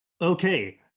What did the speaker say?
Okay